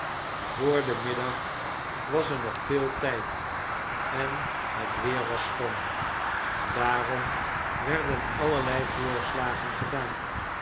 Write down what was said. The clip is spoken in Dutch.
vr den middag was er nog veel tijd en het weer was schoon daarom werden allerlei voorslagen gedaan